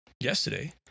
yesterday